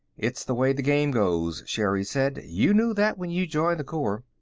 it's the way the game goes, sherri said. you knew that when you joined the corps.